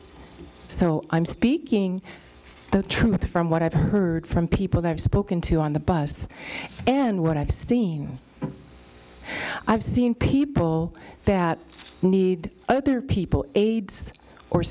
so i'm speaking the truth from what i've heard from people that i've spoken to on the bus and what i've seen i've seen people that need other people aides or